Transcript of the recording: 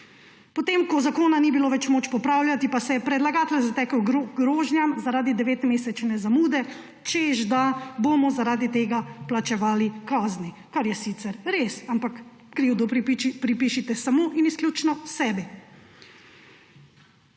Potem ko zakona ni bilo več moč popravljati, pa se je predlagatelj zatekel h grožnjam zaradi devetmesečne zamude, češ, da bomo zaradi tega plačevali kazni, kar je sicer res, ampak krivdo pripišite samo in izključno sebi.